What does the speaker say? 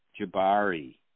jabari